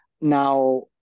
Now